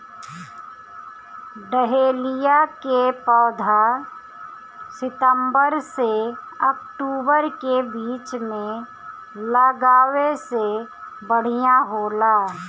dahlia के पौधा सितंबर से अक्टूबर के बीच में लागावे से बढ़िया होला